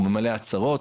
הוא ממלא הצהרות.